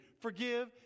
Forgive